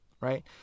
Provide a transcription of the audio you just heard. Right